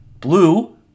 blue